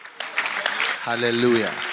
Hallelujah